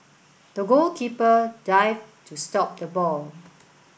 the goalkeeper dived to stop the ball